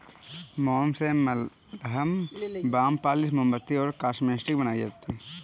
मोम से मलहम, बाम, पॉलिश, मोमबत्ती और कॉस्मेटिक्स बनाई जाती है